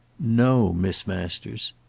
no, miss masters.